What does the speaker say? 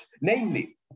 Namely